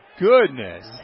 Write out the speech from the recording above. goodness